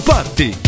Party